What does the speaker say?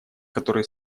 которые